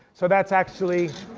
so that's actually,